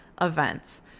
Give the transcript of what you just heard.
events